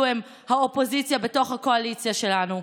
הם האופוזיציה בתוך הקואליציה שלנו: